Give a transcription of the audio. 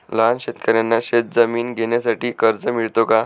लहान शेतकऱ्यांना शेतजमीन घेण्यासाठी कर्ज मिळतो का?